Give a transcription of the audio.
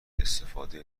استفاده